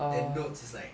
then notes is like